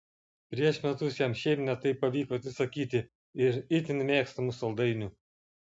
prieš metus jam šiaip ne taip pavyko atsisakyti ir itin mėgstamų saldainių